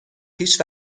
هیچ